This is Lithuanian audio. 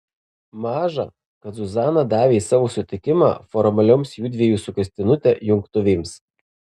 maža kad zuzana davė savo sutikimą formalioms judviejų su kristinute jungtuvėms